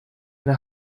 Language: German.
eine